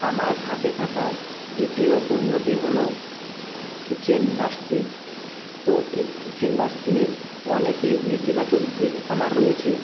আমার সাথে থাকা দ্বিতীয় পণ্যটি হলো কিচেন ডাস্টবিন তো এই কিচেন ডাস্টবিনের অনেকই নেতিবাচক দিক আমার রয়েছে